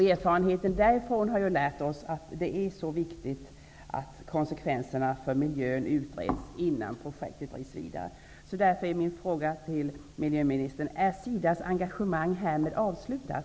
Erfarenheterna därifrån har lärt oss att det är så viktigt att konsekvenserna för miljön utreds innan projektet drivs vidare. Därför är min fråga till ministern: Är SIDA:s engagemang härmed avslutat?